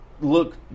Look